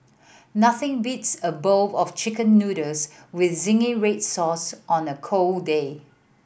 nothing beats a bowl of Chicken Noodles with zingy red sauce on a cold day